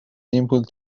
simple